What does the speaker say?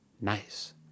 nice